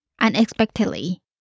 unexpectedly